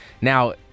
Now